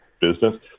business